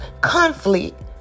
conflict